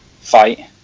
fight